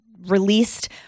released